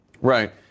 Right